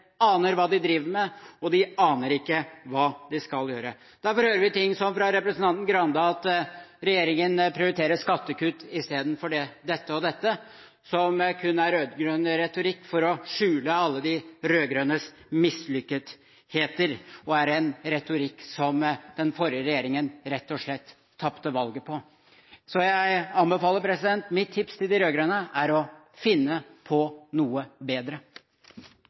aner hva den driver med, og den aner ikke hva den skal gjøre. Derfor hører man fra representanten Grande ting som at regjeringen prioriterer skattekutt i stedet for dette og dette, noe som kun er rød-grønn retorikk for å skjule alle de rød-grønnes mislykketheter. Det er en retorikk som den forrige regjeringen rett og slett tapte valget på. Mitt tips til de rød-grønne er å finne på noe bedre.